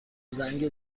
زنگ